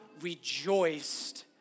rejoiced